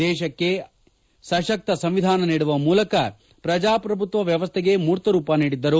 ದೇಶಕ್ಕೆ ಸಶಕ್ತ ಸಂವಿಧಾನ ನೀಡುವ ಮೂಲಕ ಪ್ರಜಾಪ್ರಭುತ್ವ ವ್ಯವಸ್ಥೆಗೆ ಮೂರ್ತ ರೂಪ ನೀಡಿದ್ದರು